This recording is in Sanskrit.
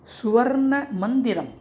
सुवर्णमन्दिरम्